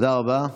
תודה רבה.